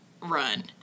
run